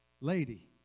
Lady